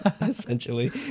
essentially